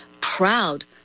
proud